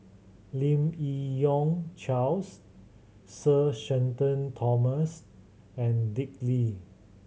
Lim Yi Yong Charles Sir Shenton Thomas and Dick Lee